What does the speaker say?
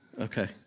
Okay